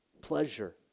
pleasure